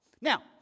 Now